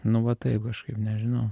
nu va taip kažkaip nežinau